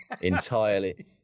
entirely